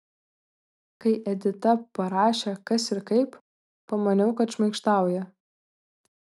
kai edita parašė kas ir kaip pamaniau kad šmaikštauja